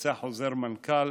יצא חוזר מנכ"ל